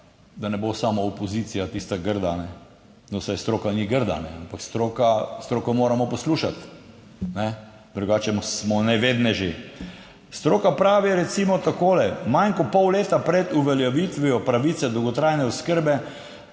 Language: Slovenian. da ne bo samo opozicija tista grda? No, saj stroka ni grda, ampak stroka, stroka moramo poslušati, drugače smo nevedneži. Stroka pravi recimo takole: "Manj kot pol leta pred uveljavitvijo pravice dolgotrajne oskrbe